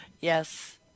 Yes